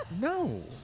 No